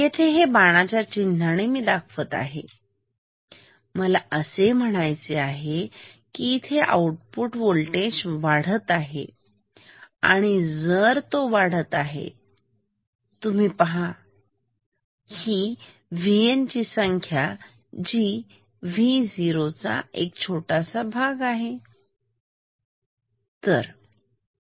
येथील हे बाणाचा चिन्हाने मी ते दाखवत आहे मला असे म्हणायचे आहे की इथे Vo हा वाढत आहे आणि जर तो वाढत आहे तुम्ही पाहू शकता की ही VN ची संख्या जी Vo चा छोटा भाग आहे